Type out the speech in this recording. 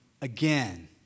again